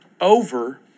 over